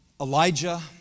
Elijah